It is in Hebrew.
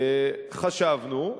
חשבנו,